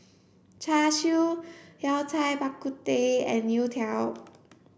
Char Siu Yao Cai Bak Kut Teh and Youtiao